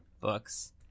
books